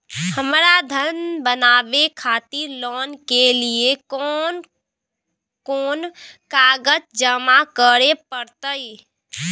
हमरा धर बनावे खातिर लोन के लिए कोन कौन कागज जमा करे परतै?